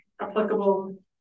applicable